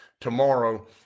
tomorrow